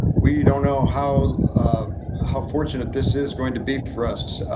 we don't know how ah how fortunate this is going to be for us.